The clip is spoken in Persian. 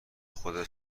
خودت